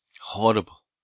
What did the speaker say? Horrible